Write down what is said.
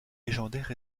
légendaires